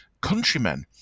countrymen